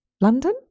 London